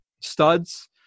studs